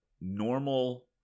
normal